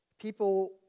people